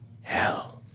hell